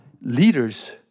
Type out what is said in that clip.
leaders